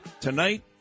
tonight